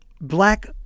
Black